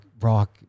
Rock